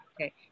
okay